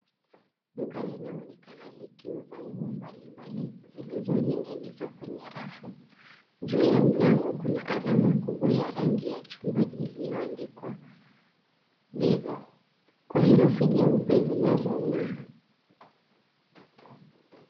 Duka linaonekana likiuza nguo mbali mbali zilizoning'inizwa kwenye rafu. Juu ya mlango kuna alama kubwa ya rangi ya chungwa iliyoandikwa Vivo, kwa herufi nyeupe zinazong'aa.